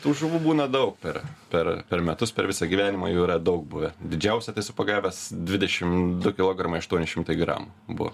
tų žuvų būna daug per per per metus per visą gyvenimą jų yra daug buvę didžiausią tai esu pagavęs dvidešim du kilogramai aštuoni šimtai gramų buvo